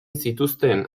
zituzten